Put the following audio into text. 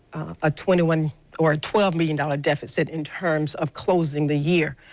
a twenty one or twelve million dollars deficit in terms of closing the year.